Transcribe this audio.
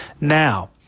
Now